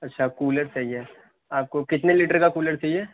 اچھا کولر چاہیے آپ کو کتنے لیٹر کا کولر چاہیے